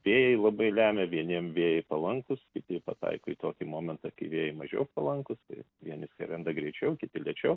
vėjai labai lemia vieniem vėjai palankūs kiti pataiko į tokį momentą kai vėjai mažiau palankūs tai vieni skrenda greičiau kiti lėčiau